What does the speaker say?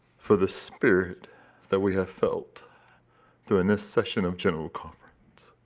for the spirit that we have felt during this session of general conference.